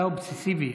אתה אובססיבי,